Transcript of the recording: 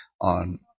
on